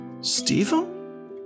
Stephen